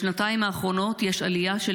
בשנתיים האחרונות יש עלייה של